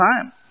time